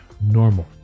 normal